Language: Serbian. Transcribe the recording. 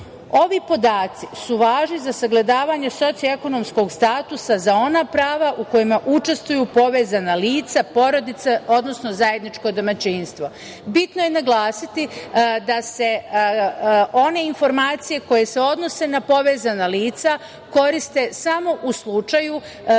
podaci su važni za sagledavanje socijalno-ekonomskog statusa za ona prava u kojima učestvuju povezana lica, porodica, odnosno zajedničko domaćinstvo. Bitno je naglasiti da se one informacije koje se odnose na povezana lica koriste samo u slučaju